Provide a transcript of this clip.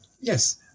Yes